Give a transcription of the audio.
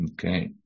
Okay